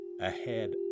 ahead